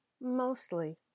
mostly